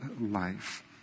life